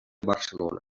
barcelona